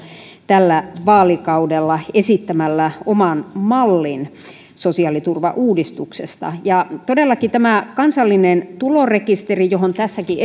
tällä vaalikaudella esittämällä oman mallin sosiaaliturvauudistuksesta todellakin kansallinen tulorekisteri johon tässäkin